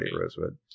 Rosewood